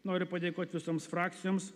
noriu padėkot visoms frakcijoms